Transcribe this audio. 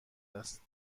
است